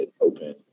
open